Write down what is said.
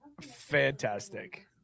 Fantastic